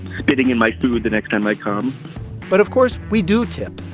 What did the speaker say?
spitting in my food the next time i come but of course, we do tip,